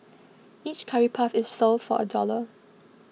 each curry puff is sold for a dollar